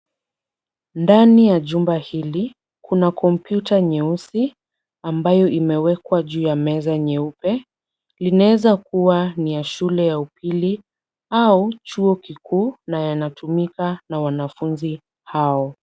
Ndani ya jumba hili kuna kompyuta nyeusi ambayo imewekwa juu ya meza nyeupe. Linaeza kuwa ni ya shule ya upili au chuo kikuu na yanatumika na wanafunzi hao.